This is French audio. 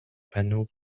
panneaux